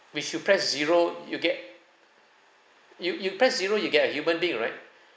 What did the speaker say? which you press zero you get you you press zero you get a human being right